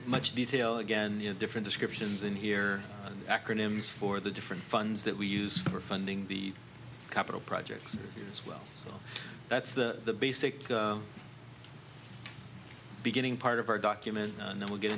much detail again the different descriptions in here acronyms for the different funds that we use for funding the capital projects as well so that's the basic beginning part of our document and then we'll get